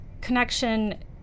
connection